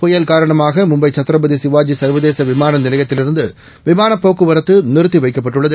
புயல் காரணமாக மும்பை சத்ரபதி சிவாஜி சர்வதேச விமாள நிலையத்திலிருந்து விமானப் போக்குவரத்து நிறுத்தி வைக்கப்பட்டுள்ளது